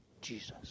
Jesus